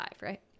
right